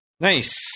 Nice